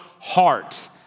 heart